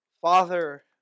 Father